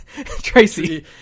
tracy